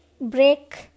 break